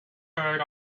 card